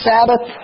Sabbath